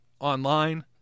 online